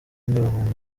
n‟ibihumbi